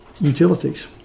utilities